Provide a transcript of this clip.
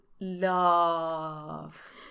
love